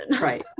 Right